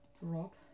Drop